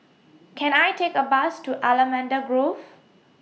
Can I Take A Bus to Allamanda Grove